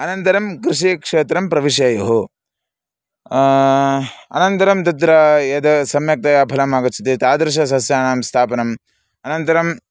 अनन्तरं कृषिक्षेत्रं प्रविश्य अनन्तरं तत्रा यद् सम्यक्तया फलम् आगच्छति तादृशसस्यानां स्थापनम् अनन्तरं